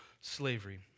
slavery